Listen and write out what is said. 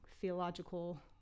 theological